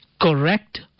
Correct